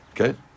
Okay